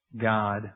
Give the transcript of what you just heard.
God